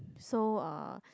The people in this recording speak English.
so uh